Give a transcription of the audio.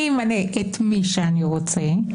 אני אמנה את מי שאני רוצה.